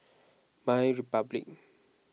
MyRepublic